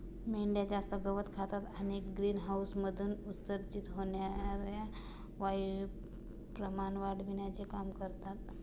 मेंढ्या जास्त गवत खातात आणि ग्रीनहाऊसमधून उत्सर्जित होणार्या वायूचे प्रमाण वाढविण्याचे काम करतात